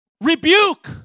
rebuke